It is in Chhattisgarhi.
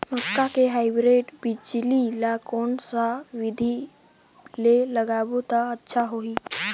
मक्का के हाईब्रिड बिजली ल कोन सा बिधी ले लगाबो त अच्छा होहि?